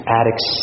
addicts